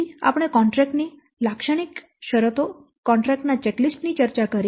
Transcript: પછી આપણે કોન્ટ્રેક્ટ ની લાક્ષણિક શરતો કોન્ટ્રેક્ટ ના ચેકલિસ્ટ ની ચર્ચા કરી